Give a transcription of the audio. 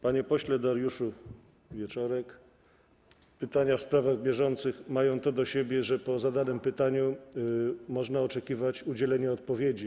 Panie pośle Dariuszu Wieczorek, pytania w sprawach bieżących mają to do siebie, że po zadanym pytaniu można oczekiwać udzielenia odpowiedzi.